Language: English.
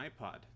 iPod